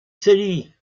city